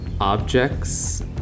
objects